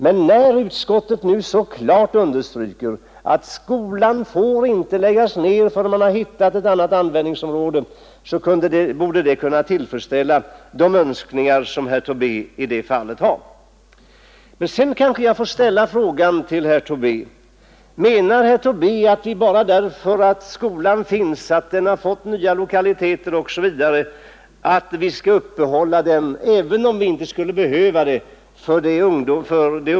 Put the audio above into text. Men när utskottet nu så klart understryker, att skolan inte får läggas ned, förrän man har hittat ett annat användningsområde, borde det kunna tillfredsställa de önskningar herr Tobé i detta fall har. Sedan kanske jag får ställa en fråga till herr Tobé, om han menar att vi bara därför att skolan finns och har fått nya lokaliteter skall upprätthålla den, även om vi inte skulle behöva det.